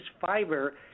fiber